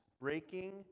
breaking